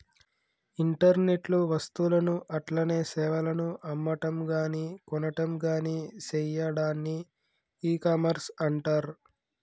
internet లో వస్తువులను అట్లనే సేవలను అమ్మటంగాని కొనటంగాని సెయ్యాడాన్ని ఇకామర్స్ అంటర్